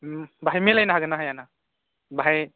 बाहाय मिलायनो हागोन ना हाया बाहाय